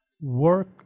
work